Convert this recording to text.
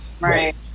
Right